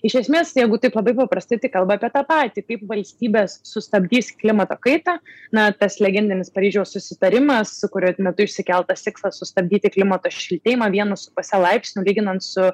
iš esmės jeigu taip labai paprastai tai kalba apie tą patį kaip valstybės sustabdys klimato kaitą na tas legendinis paryžiaus susitarimas kurio metu išsikeltas tikslas sustabdyti klimato šiltėjimą vienu su puse laipsniu lyginant su